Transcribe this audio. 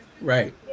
Right